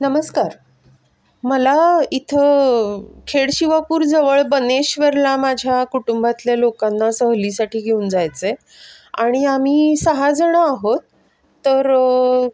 नमस्कार मला इथं खेडशिवापूरजवळ बनेश्वरला माझ्या कुटुंबातल्या लोकांना सहलीसाठी घेऊन जायचं आहे आणि आम्ही सहाजणं आहोत तर